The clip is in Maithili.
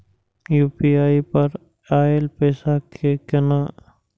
यू.पी.आई पर आएल पैसा कै कैन?